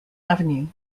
avenue